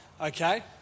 Okay